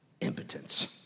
impotence